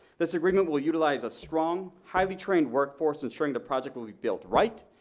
this agreement will utilize a strong highly trained workforce ensuring the project will be built right,